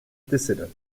dissident